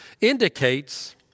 indicates